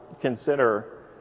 consider